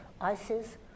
ISIS